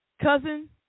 Cousin